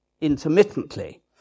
intermittently